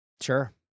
Sure